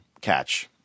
catch